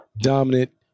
dominant